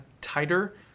tighter